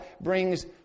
brings